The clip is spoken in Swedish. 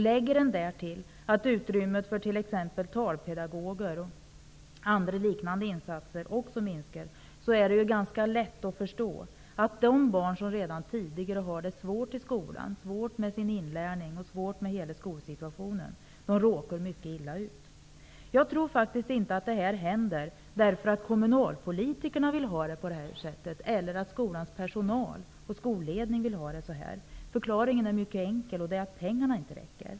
Lägger man därtill att utrymmet för t.ex. talpedagoger och andra liknande insatser också minskar, är det ganska lätt att förstå att de barn som redan tidigare har haft det svårt i skolan, svårt med sin inlärning och svårt med hela skolsituationen, råkar mycket illa ut. Jag tror faktiskt inte att detta händer därför att kommunalpolitikerna vill ha det på det här sättet eller att skolans personal och skolledning vill ha det så här. Förklaringen är mycket enkel, nämligen att pengarna inte räcker.